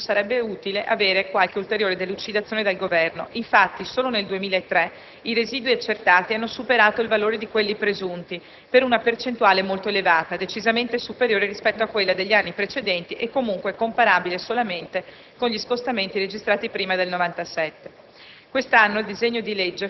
Sulle cause di un tale andamento sarebbe utile avere qualche ulteriore delucidazione dal Governo. Infatti, solo nel 2003 i residui accertati hanno superato il valore di quelli presunti per una percentuale molto elevata, decisamente superiore rispetto a quella degli anni precedenti e comunque comparabile solamente con gli scostamenti registrati prima del 1997.